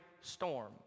storm